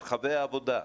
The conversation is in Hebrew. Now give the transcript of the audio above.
מרחבי העבודה,